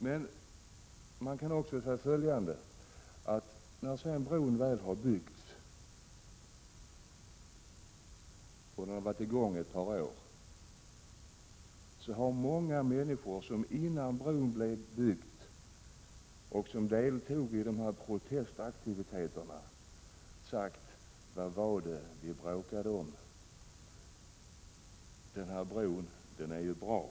Men sedan bron väl har byggts och det gått ett par år har många människor som innan bron byggdes deltog i protestaktioner sagt: Vad var det vi bråkade om? Den här bron är ju bra!